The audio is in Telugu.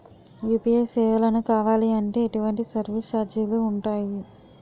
యు.పి.ఐ సేవలను కావాలి అంటే ఎటువంటి సర్విస్ ఛార్జీలు ఉంటాయి?